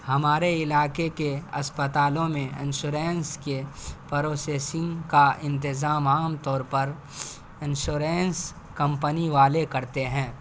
ہمارے علاقے کے اسپتالوں میں انشورنس کے پروسیسنگ کا انتظام عام طور پر انشورنس کمپنی والے کرتے ہیں